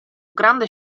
grande